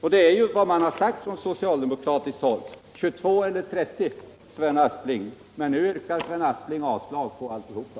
Det är ju vad man sagt från socialdemokratiskt håll — 22 eller 30. Men nu yrkar Sven Aspling avslag på alltihopa.